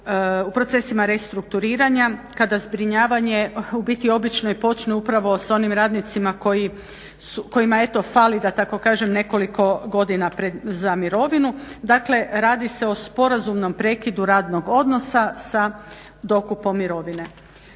u procesima restrukturiranja kada zbrinjavanje u biti obično i počne upravo s onim radnicima kojima eto fali da tako kažem nekoliko godina za mirovinu. Dakle, radi se o sporazumnom prekidu radnog odnosa sa dokupom mirovine.